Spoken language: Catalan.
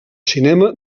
cinema